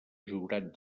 jurat